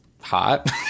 hot